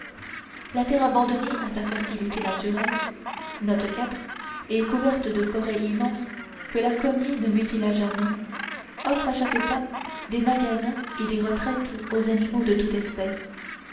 la terre abandonnée à sa fertilité naturelle et couverte de forêts immenses que la cognée ne mutila jamais offre à chaque pas des magasins et des retraites aux animaux de toute espèce